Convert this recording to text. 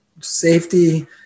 safety